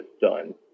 done